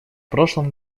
прошлом